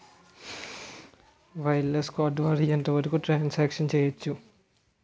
Wireless card ద్వారా ఎంత వరకు ట్రాన్ సాంక్షన్ చేయవచ్చు?